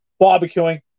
barbecuing